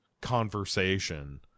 conversation